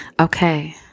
Okay